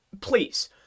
please